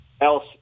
else